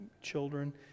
children